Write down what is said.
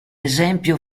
esempio